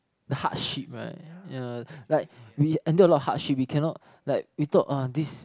the hardship right yeah like we endure a lot of hardship we cannot like we thought ah this